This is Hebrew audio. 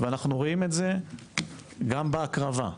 ואנחנו רואים את זה גם בהקרבה,